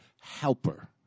helper